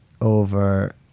over